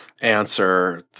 answer